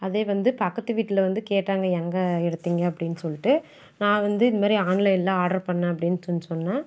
அதே வந்து பக்கத்து வீட்டில் வந்து கேட்டாங்க எங்கே எடுத்தீங்க அப்படின் சொல்லிட்டு நான் வந்து இந்த மாதிரி ஆன்லைனில் ஆர்டர் பண்ணிணேன் அப்டின்னு சொல்லி சொன்னேன்